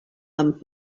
amb